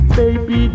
baby